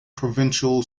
provincial